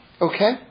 Okay